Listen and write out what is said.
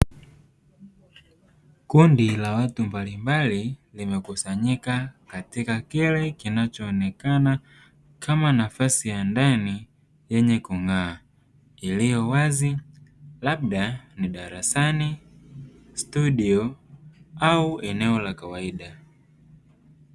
Kundi la watu mbalimbali limekusanyika katika kile kinachoonekana kama nafasi ya ndani yenye kung'aa iliyo wazi labda ni darasani, studio au eneo la kawaida.